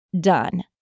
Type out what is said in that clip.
done